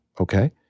okay